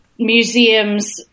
Museums